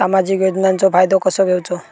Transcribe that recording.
सामाजिक योजनांचो फायदो कसो घेवचो?